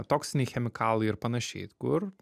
toksiniai chemikalai ir panašiai kur